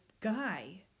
guy